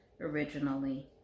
originally